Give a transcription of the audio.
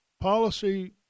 policy